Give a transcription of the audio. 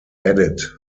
added